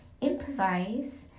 improvise